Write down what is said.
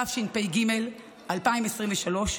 התשפ"ג 2023,